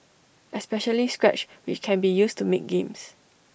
especially scratch which can be used to make games